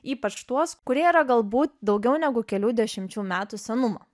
ypač tuos kurie yra galbūt daugiau negu kelių dešimčių metų senumo